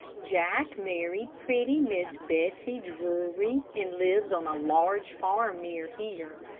jack married pretty miss bessie drury, and lives on a large farm near here.